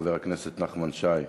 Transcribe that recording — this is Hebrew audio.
חבר הכנסת נחמן שי,